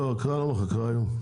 ההקראה לא מחר, ההקראה היא היום.